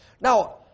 Now